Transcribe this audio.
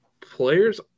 players